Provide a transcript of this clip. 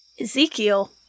Ezekiel